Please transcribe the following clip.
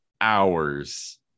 hours